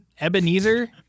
Ebenezer